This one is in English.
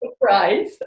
surprise